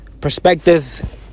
Perspective